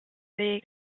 they